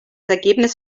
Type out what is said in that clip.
ergebnis